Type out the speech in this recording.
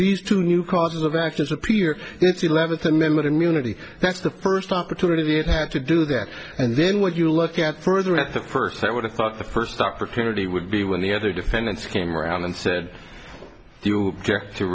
these two new causes of actions appear it's eleventh and limited immunity that's the first opportunity it had to do that and then when you look at further at the first i would have thought that first opportunity would be when the other defendants came around and said you jerk to